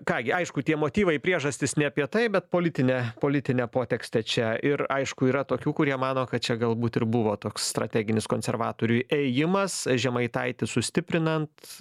ką gi aišku tie motyvai priežastys ne apie tai bet politinė politinė potekstė čia ir aišku yra tokių kurie mano kad čia galbūt ir buvo toks strateginis konservatorių ėjimas žemaitaitis sustiprinant